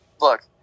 look